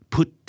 Put